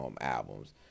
albums